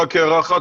רק הערה אחת,